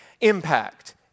impact